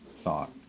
thought